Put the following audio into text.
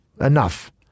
enough